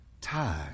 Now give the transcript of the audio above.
time